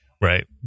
right